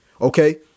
okay